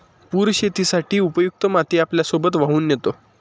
पूर शेतीसाठी उपयुक्त माती आपल्यासोबत वाहून नेतो